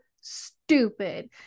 stupid